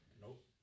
Nope